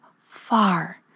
far